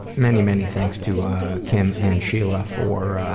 many many thanks to kim and sheila for